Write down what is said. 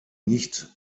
nicht